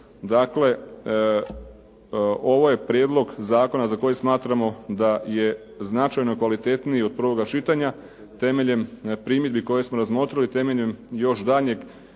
dakle ovo je prijedlog zakona za koji smatramo da je značajno kvalitetniji od prvoga čitanja temeljem primjedbi koje smo razmotrili, temeljem još daljnjeg